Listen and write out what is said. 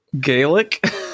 Gaelic